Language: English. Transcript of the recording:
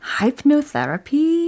hypnotherapy